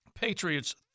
Patriots